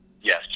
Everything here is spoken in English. Yes